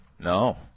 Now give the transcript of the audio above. No